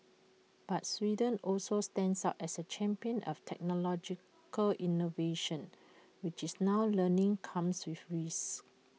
but Sweden also stands out as A champion of technological innovation which it's now learning comes with risks